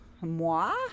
moi